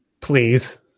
please